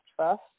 trust